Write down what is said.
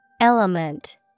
Element